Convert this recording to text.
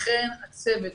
לכן הצוות